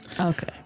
Okay